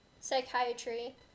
psychiatry